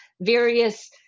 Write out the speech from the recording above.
various